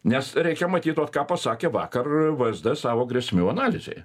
nes reikia matyt vat ką pasakė vakar vsd savo grėsmių analizėj